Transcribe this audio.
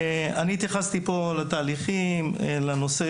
התייחסתי פה לתהליכים ולנושא